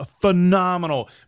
phenomenal